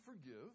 forgive